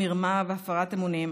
מרמה והפרת אמונים,